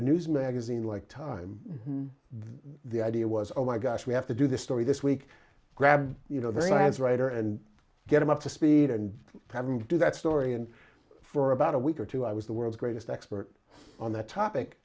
a news magazine like time the idea was oh my gosh we have to do this story this week grab you know the lance writer and get him up to speed and have him do that story and for about a week or two i was the world's greatest expert on that topic